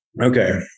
Okay